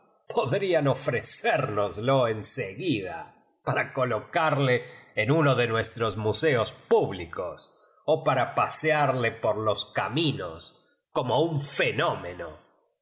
podrían ofrecérnoslo en seguida para colocarle en uno de nuestros museo públicos o para pasearle por los caminos como un fenómeno